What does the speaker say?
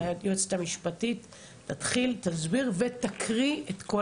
היועצת המשפטית תסביר ותקריא את כל